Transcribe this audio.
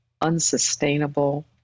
unsustainable